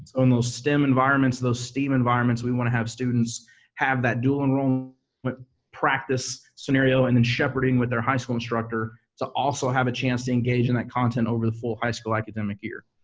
so in those stem environments, those steam environments, we want to have students have that dual enrollment practice scenario, and then shepherding with their high school instructor to also have a chance to engage in that content over the full high school academic year.